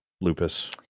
lupus